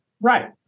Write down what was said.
Right